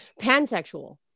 pansexual